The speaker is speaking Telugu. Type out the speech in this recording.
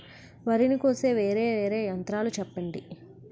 వరి ని కోసే వేరా వేరా యంత్రాలు చెప్పండి?